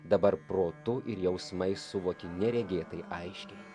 dabar protu ir jausmais suvoki neregėtai aiškiai